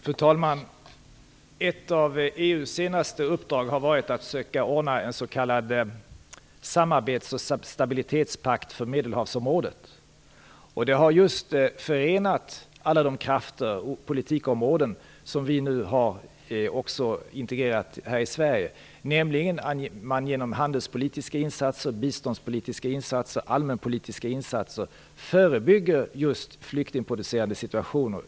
Fru talman! Ett av EU:s senaste uppdrag har varit att försöka ordna en s.k. samarbets och stabilitetspakt för Medelhavsområdet. Det har just förenat alla de krafter och politikområden som vi nu också har integrerat här i Sverige. Genom handelspolitiska, biståndspolitiska och allmänpolitiska insatser förebygger man just flyktingproducerande situationer.